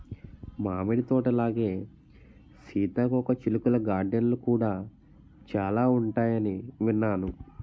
మామిడి తోటలాగే సీతాకోకచిలుకల గార్డెన్లు కూడా చాలా ఉంటాయని విన్నాను